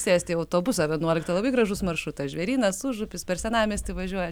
sėsti į autobusą vienuoliktą labai gražus maršrutas žvėrynas užupis per senamiestį važiuoja